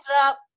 up